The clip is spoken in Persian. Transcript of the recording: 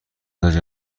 است